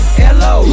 hello